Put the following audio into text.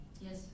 Yes